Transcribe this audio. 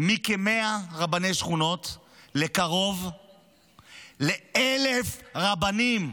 מכ-100 רבני שכונות לקרוב ל-1,000 רבנים.